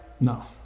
No